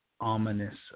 Ominous